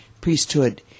priesthood